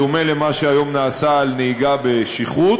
בדומה למה שהיום נעשה עם נהיגה בשכרות,